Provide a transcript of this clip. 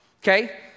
Okay